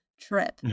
trip